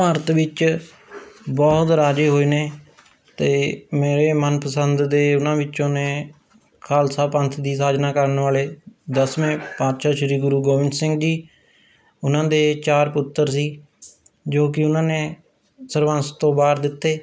ਭਾਰਤ ਵਿੱਚ ਬਹੁਤ ਰਾਜੇ ਹੋਏ ਨੇ ਅਤੇ ਮੇਰੇ ਮਨਪਸੰਦ ਦੇ ਉਹਨਾਂ ਵਿੱਚੋਂ ਨੇ ਖਾਲਸਾ ਪੰਥ ਦੀ ਸਾਜਨਾ ਕਰਨ ਵਾਲੇ ਦਸਵੇਂ ਪਾਤਸ਼ਾਹ ਸ਼੍ਰੀ ਗੁਰੂ ਗੋਬਿੰਦ ਸਿੰਘ ਜੀ ਉਹਨਾਂ ਦੇ ਚਾਰ ਪੁੱਤਰ ਸੀ ਜੋ ਕਿ ਉਹਨਾਂ ਨੇ ਸਰਬੰਸ ਤੋਂ ਵਾਰ ਦਿੱਤੇ